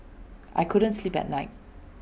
I couldn't sleep last night